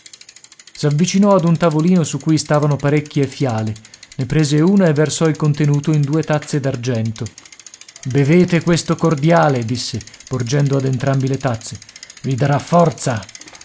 sonno s'avvicinò ad un tavolino su cui stavano parecchie fiale ne prese una e versò il contenuto in due tazze d'argento bevete questo cordiale disse porgendo ad entrambi le tazze i darà forza